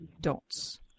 dots